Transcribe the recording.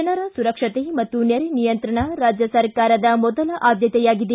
ಜನರ ಸುರಕ್ಷತೆ ಮತ್ತು ನೆರೆ ನಿಯಂತ್ರಣ ಸರ್ಕಾರದ ಮೊದಲ ಆದ್ಯತೆಯಾಗಿದೆ